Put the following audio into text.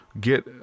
Get